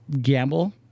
gamble